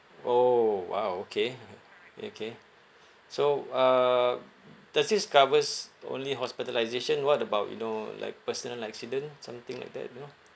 orh !wow! okay okay so uh does this covers only hospitalisation what about you know like personal accident something like that you know